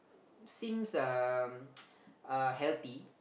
seems um uh healthy